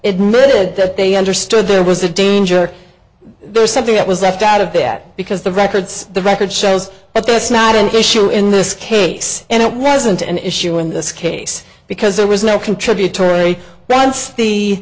admitted that they understood there was a danger there something that was left out of that because the records the record shows that that's not an issue in this case and it wasn't an issue in this case because there was no contributory balance the